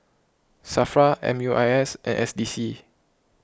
Safra M U I S and S D C